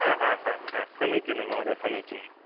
हा हा हा हा समीचीनं महोदय समीचीनम्